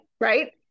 right